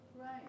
Right